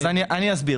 אז אני אסביר.